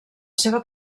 seva